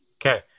Okay